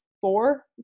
four